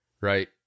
right